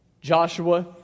Joshua